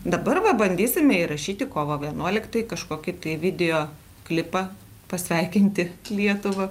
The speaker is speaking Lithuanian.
dabar va pabandysime įrašyti kovo vienuoliktai kažkokį tai video klipą pasveikinti lietuvą